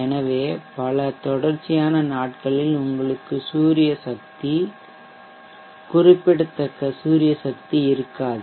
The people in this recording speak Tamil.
எனவே பல தொடர்ச்சியான நாட்களில் உங்களுக்கு சூரிய சக்தி குறிப்பிடத்தக்க சூரியசக்தி இருக்காது